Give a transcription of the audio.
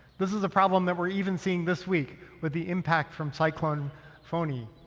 this is a problem that we're even seeing this week with the impact from cyclone fani.